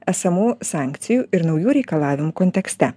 esamų sankcijų ir naujų reikalavimų kontekste